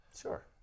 Sure